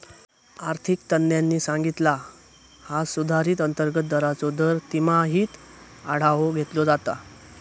आर्थिक तज्ञांनी सांगितला हा सुधारित अंतर्गत दराचो दर तिमाहीत आढावो घेतलो जाता